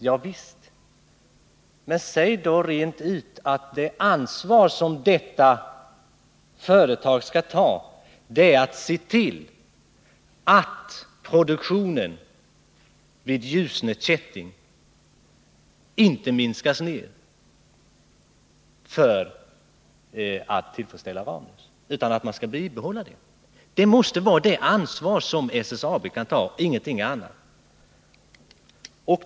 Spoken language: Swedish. Ja visst, men säg då rent ut att det ansvar som detta företag skall ta är att se till, att produktionen vid Ljusne Kätting inte minskas ner för att tillfredsställa Ramnäs utan bibehålls! Det måste vara det ansvaret SSAB skall ta och ingenting annat.